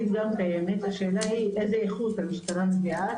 השאלה היא איזה איכות המשטרה מביאה.